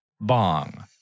bong